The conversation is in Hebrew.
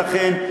ולכן,